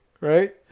right